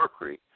Mercury